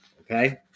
okay